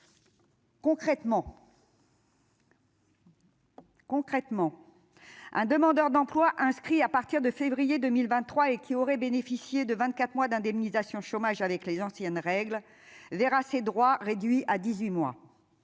Concrètement, un demandeur d'emploi inscrits à partir de février 2023 et qui aurait bénéficié de 24 mois d'indemnisation chômage avec les anciennes règles verra ses droits réduits à 18 mois